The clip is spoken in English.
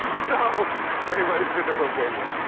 so for anybody who's been to romania.